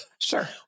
Sure